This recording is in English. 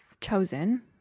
chosen